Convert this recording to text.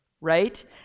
right